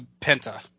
Penta